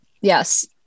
Yes